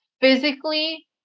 physically